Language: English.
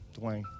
Dwayne